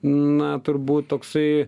na turbūt toksai